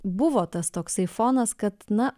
buvo tas toksai fonas kad na